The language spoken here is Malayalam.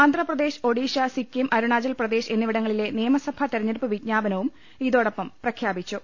ആന്ധ്രാപ്രദേശ് ഒഡീഷ സിക്കിം അരുണാചൽപ്ര ദേശ് എന്നിവിടങ്ങളിലെ നിയമസഭാ തെരഞ്ഞെടുപ്പ് വിജ്ഞാപനവും ഇതോടൊപ്പം പ്രഖ്യാപിച്ചു